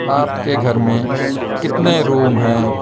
آپ کے گھر میں کتنے روم ہیں